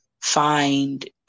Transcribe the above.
find